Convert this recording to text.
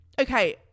okay